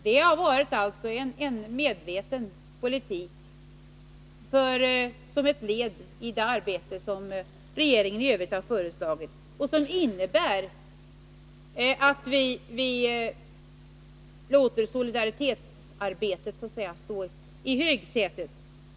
Det har alltså varit en medveten politik som ett led i det arbete som regeringen i övrigt har fört och som innebär att vi har satt solidaritetsarbetet i högsätet.